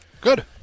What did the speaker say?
Good